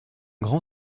grand